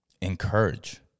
encourage